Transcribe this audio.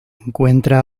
encuentra